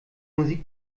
musik